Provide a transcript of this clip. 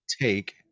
Take